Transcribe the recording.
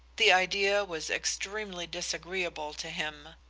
the idea was extremely disagreeable to him.